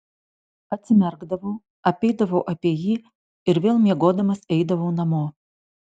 atsimerkdavau apeidavau apie jį ir vėl miegodamas eidavau namo